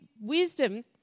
wisdom